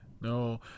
No